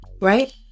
right